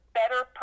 better